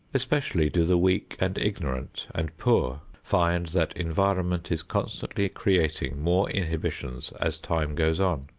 especially do the weak and ignorant and poor find that environment is constantly creating more inhibitions as time goes on.